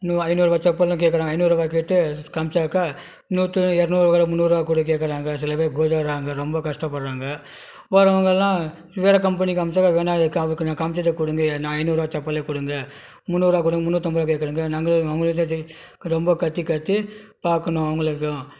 ஐந்நூறுரூவா செப்பல்னு கேட்றாங்க ஐந்நூறுவா கேட்டுக் காமிச்சாக்க இன்னொருத்தர் இருநூறுவா முன்னூறுரூவா கொடுன்னு கேட்கறாங்க சில பேர் போயிடறாங்க சில பேர்ரொம்ப கஷ்டப்படுறாங்க வரவங்கெல்லாம் வேறு கம்பெனி காமிச்சால் வேணாம் எனக்குக் காமிச்சதே கொடுங்க ஐந்நூறுரூவா செப்பலே கொடுங்க முன்னூறுரூவா குகொடு முன்னூற்றைம்பது ரூபாய் கேட்கறீங்க நாங்கள் அவர்கள்ட்ட ரொம்ப கத்தி கத்தி பார்க்கணும் அவங்களுக்கும்